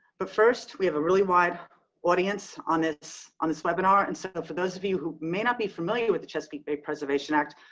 but first we have a really wide audience on this, on this webinar. and so for those of you who may not be familiar with the chesapeake bay preservation act,